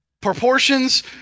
proportions